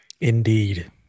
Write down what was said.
Indeed